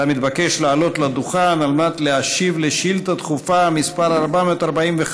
אתה מתבקש לעלות לדוכן על מנת להשיב על שאילתה דחופה מס' 445,